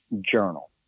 journal